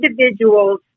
individual's